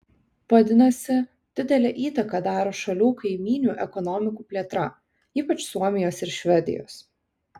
vadinasi didelę įtaką daro šalių kaimynių ekonomikų plėtra ypač suomijos ir švedijos